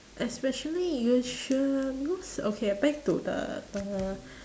especially you sure lose okay uh back to the uh